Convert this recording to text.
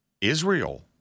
Israel